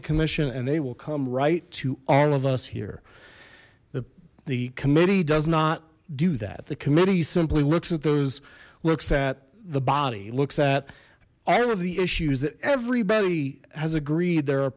commission and they will come right to all of us here the the committee does not do that the committee simply looks at those looks at the body looks at all of the issues that everybody has agreed there are